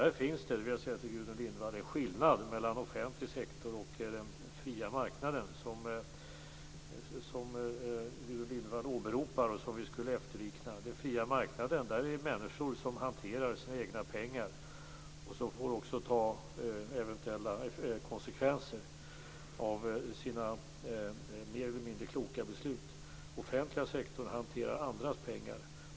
Där finns det, Gudrun Lindvall, en skillnad mellan den offentliga sektorn och den fria marknaden, som ju Gudrun Lindvall åberopar och som vi skulle efterlikna. När det gäller den fria marknaden hanterar människor sina egna pengar och får ta eventuella konsekvenser av sina mer eller mindre kloka beslut. Den offentliga sektorn hanterar andras pengar.